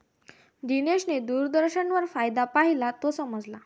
दिनेशने दूरदर्शनवर फायदा पाहिला, तो समजला